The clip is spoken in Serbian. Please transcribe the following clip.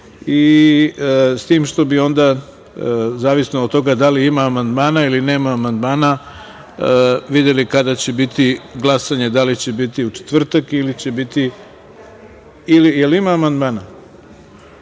s tim što bi onda, zavisno od toga da li ima amandmana ili nema amandmana, videli kada će biti glasanje, da li će biti u četvrtak. Ali, da ne planiramo